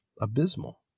abysmal